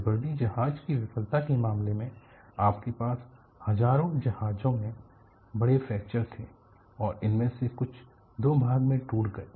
liberty जहाज की विफलता के मामले में आपके पास हजारों जहाजों में बड़े फ्रैक्चर थे और उनमें से कुछ दो भागो में टूट गए